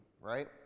right